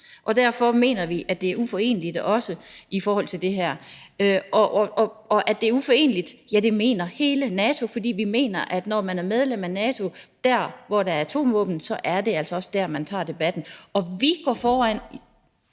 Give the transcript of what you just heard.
Derfor mener vi, at det er uforeneligt med NATO-medlemskabet. At det er uforeneligt med det, mener hele NATO, for vi mener, at når man er medlem af NATO – der, hvor der er atomvåben – så er det altså også der, man tager debatten. Og vi går foran